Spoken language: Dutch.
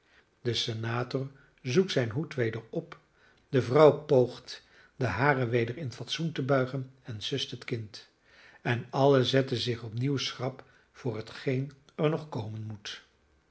de senator zoekt zijn hoed weder op de vrouw poogt den haren weder in fatsoen te buigen en sust het kind en allen zetten zich opnieuw schrap voor hetgeen er nog komen moet